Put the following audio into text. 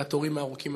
על התורים הארוכים,